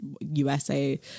usa